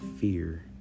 fear